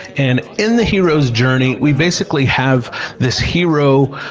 and in the hero's journey we basically have this hero,